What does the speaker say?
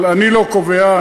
אבל אני לא קובע,